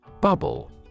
Bubble